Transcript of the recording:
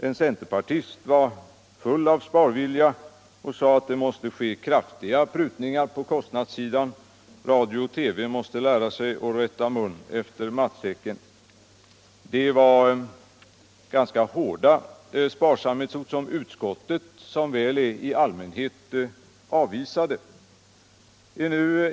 En centerpartist var full av sparvilja och sade att det måste ske kraftiga prutningar på kostnadssidan. Radio och TV måste lära sig att rätta mun efter matsäcken. Det var ganska hårda sparsamhetsord, som utskottet, som väl är, i allmänhet avvisade.